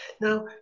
Now